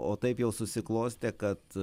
o taip jau susiklostė kad